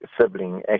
sibling